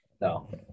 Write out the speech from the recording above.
No